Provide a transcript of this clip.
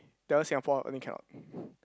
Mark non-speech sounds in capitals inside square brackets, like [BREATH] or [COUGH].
that one Singapore only cannot [BREATH]